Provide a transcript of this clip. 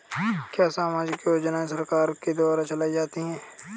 क्या सामाजिक योजनाएँ सरकार के द्वारा चलाई जाती हैं?